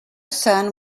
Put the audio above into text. son